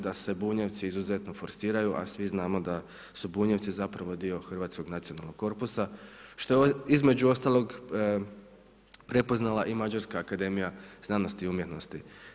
Da se Bunjevci izuzetno forsiraju, a svi znamo da su Bunjevci zapravo dio hrvatskog nacionalnog korpusa, što je između ostalog prepoznala i Mađarska akademija znanosti i umjetnosti.